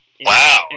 Wow